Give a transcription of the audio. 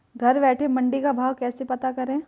घर बैठे मंडी का भाव कैसे पता करें?